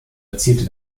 erzielte